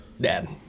dad